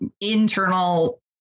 internal